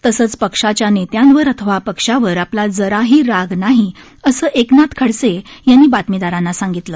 तसंच पक्षाच्या नेत्यांवर अथवा पक्षावर आपला जराही राग नाही असं एकनाथ खडसे यांनी बातमीदारांना सांगितलं